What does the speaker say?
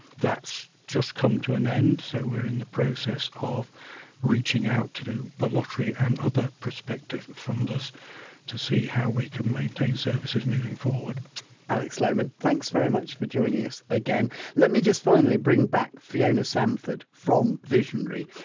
that's just come to an end, so we're in the process of reaching out to the lottery and other prospective funders to see how we can maintain services moving forward alex lohman, thanks very much for joining us again let me just finally bring back fiona sandford from visionary.